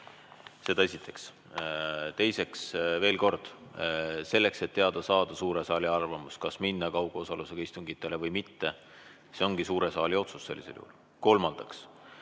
Seda esiteks. Teiseks, veel kord: selleks, et teada saada suure saali arvamust, kas minna kaugosalusega istungitele või mitte, see ongi suure saali otsus sellisel juhul. Kolmandaks,